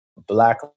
black